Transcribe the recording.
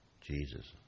Jesus